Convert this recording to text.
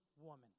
woman